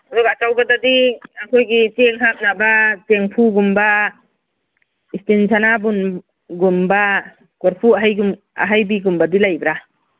ꯑꯗꯨꯒ ꯑꯆꯧꯕꯗꯗꯤ ꯑꯩꯈꯣꯏꯒꯤ ꯆꯦꯡ ꯍꯥꯞꯅꯕ ꯆꯦꯡꯐꯨꯒꯨꯝꯕ ꯏꯁꯇꯤꯟ ꯁꯅꯥꯕꯨꯟꯒꯨꯝꯕ ꯀꯣꯔꯐꯨ ꯑꯍꯩꯕꯤꯒꯨꯝꯕꯗꯤ ꯂꯩꯕ꯭ꯔꯥ